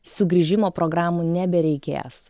sugrįžimo programų nebereikės